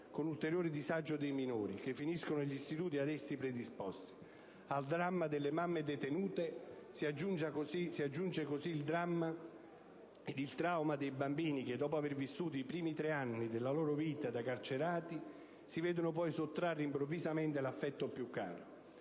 con ulteriore disagio dei minori, che finiscono negli istituti ad essi predisposti. Al dramma delle mamme detenute si aggiunge così il trauma dei bambini che, dopo aver vissuto i primi tre anni della loro vita da carcerati, si vedono poi sottrarre improvvisamente l'affetto più caro.